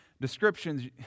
descriptions